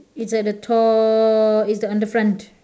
it's at the top it's the on the front